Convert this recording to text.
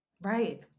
right